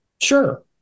Sure